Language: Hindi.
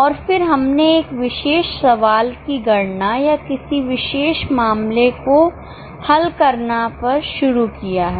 और फिर हमने एक विशेष सवाल की गणना या किसी विशेष मामले को हल करने पर शुरू किया है